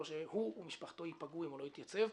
שהוא ומשפחתו ייפגעו אם הוא לא יתייצב.